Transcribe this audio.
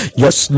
yes